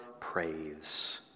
praise